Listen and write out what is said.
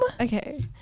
Okay